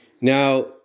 Now